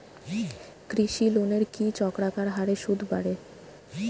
কৃষি লোনের কি চক্রাকার হারে সুদ বাড়ে?